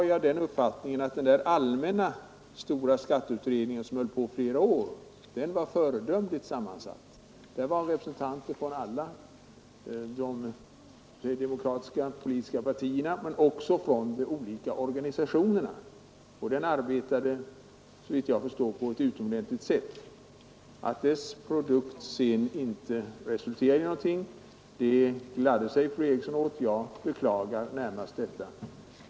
Jag anser att den allmänna stora skatteutredning, som höll på flera år, var föredömligt sammansatt. Där fanns representanter för alla de demokratiska politiska partierna men också från de olika organisationerna. Den arbetade, såvitt jag förstår, på ett utomordentligt sätt. Att dess produkt sedan inte resulterade i någonting gladde sig fru Eriksson i Stockholm åt, jag beklagar det.